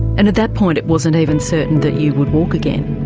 and at that point it wasn't even certain that you would walk again?